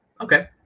Okay